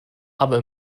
aber